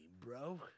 bro